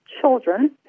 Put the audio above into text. children